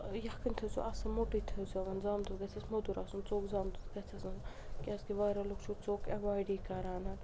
ٲں یَکھٕنۍ تھٲیزیٛو اصٕل موٚٹٕے تھٲیزیٛو زام دۄدھ گژھیٚس موٚدُر آسُن ژوٚک زام دۄدھ گژھیٚس نہٕ آسُن کیٛازِکہِ واریاہ لوٗکھ چھُو ژوٚک ایٚوایڈٕے کَران